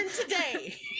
today